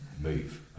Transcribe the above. move